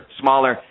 smaller